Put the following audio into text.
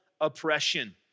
oppression